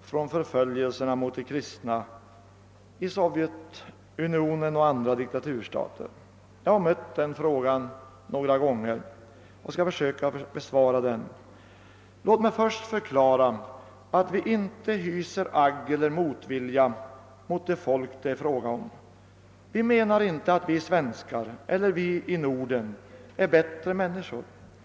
från förföljelserna mot de kristna i Sovjetunionen och i andra diktaturstater? Jag har mött den frågan några gånger och skall försöka besvara den. Låt mig först förklara att vi inte hyser agg eller motvilja mot de folk det är fråga om. Vi menar inte att vi svens kar eller vi i Norden är bättre männi: skor.